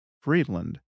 Friedland